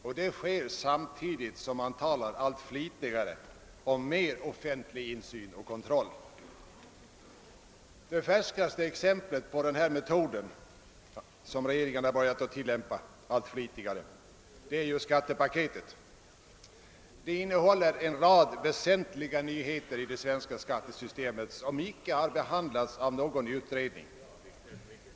Och detta sker samtidigt som man allt flitigare talar om mer offentlig insyn och kontroll. Det färskaste exemplet på denna metod är skattepaketet. Det innehåller en rad väsentliga nyheter i det svenska skattesystemet som inte har behandlats av någon utredning.